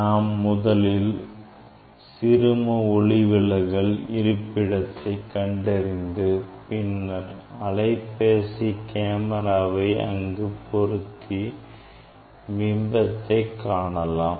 நாம் முதலில் சிறும ஒளிவிலகல் இருப்பிடத்தை கண்டறிந்து பின்னர் அலைபேசி கேமராவை அங்கு பொருத்தி பிம்பத்தை காணலாம்